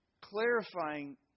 clarifying